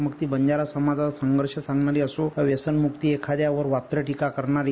मग ती बंजारा समाजाचा संघर्ष सांगणारी असो की व्यसनमुक्ती असो एखाद्यावर वात्रट टीका करणारी